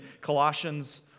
Colossians